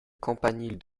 campanile